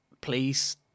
please